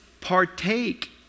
partake